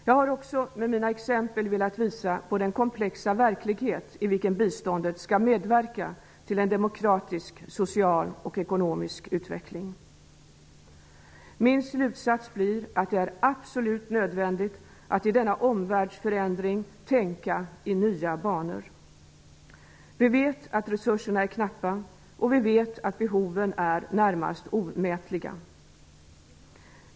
Jag har också med mina exempel velat visa på den komplexa verklighet i vilken biståndet skall medverka till en demokratisk, social och ekonomisk utveckling. Min slutsats blir att det är absolut nödvändigt att i denna omvärldsförändring tänka i nya banor. Vi vet att resurserna är knappa, och vi vet att behoven är närmast omätliga.